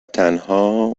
تنها